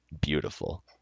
Beautiful